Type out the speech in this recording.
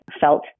felt